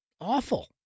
awful